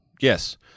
Yes